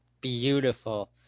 Beautiful